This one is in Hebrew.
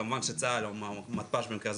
כמובן שצה"ל או מתפ"ש מרכז,